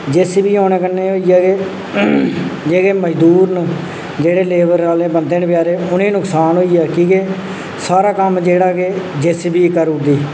जे C B आने कन्नै एह् होआ कि जेह्के मजदूर न जेह्ड़े लेबर आह्ले बंदे न बचारे उ'नें नुक्सान होई आ इक की के सारा कम्म जेह्ड़ा केह् जे सी बी करुड़दी